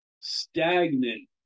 stagnant